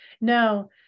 No